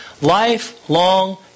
lifelong